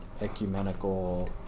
ecumenical